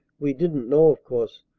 we didn't know, of course,